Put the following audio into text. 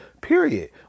period